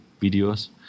videos